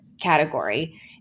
category